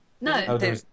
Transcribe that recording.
No